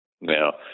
Now